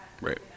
Right